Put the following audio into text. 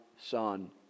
Son